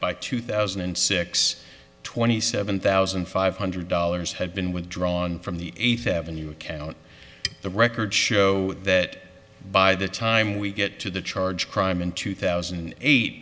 by two thousand and six twenty seven thousand five hundred dollars had been withdrawn from the eighth avenue account the records show that by the time we get to the charge crime in two thousand and eight